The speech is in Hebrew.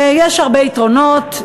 יש הרבה יתרונות,